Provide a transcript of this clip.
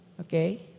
okay